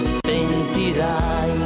sentirai